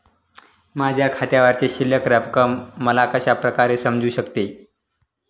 माझ्या खात्यावरची शिल्लक रक्कम मला कशा प्रकारे समजू शकते?